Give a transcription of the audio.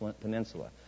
peninsula